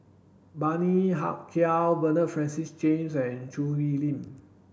Bani Haykal Bernard Francis James and Choo Hwee Lim